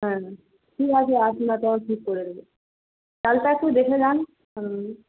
হ্যাঁ ঠিক আছে আপনার দর ঠিক করে দেবো চালটা একটু দেখে যান হুম